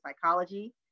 psychology